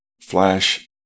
flash